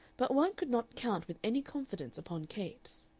but one could not count with any confidence upon capes.